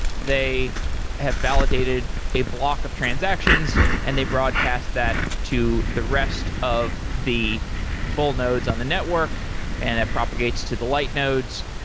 they have validated a block of transactions and they broadcast that to the rest of the full nodes on the network and it propagates to the light nodes,